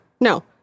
no